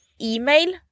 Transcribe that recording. email